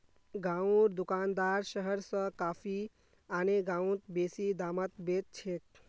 गांउर दुकानदार शहर स कॉफी आने गांउत बेसि दामत बेच छेक